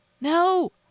No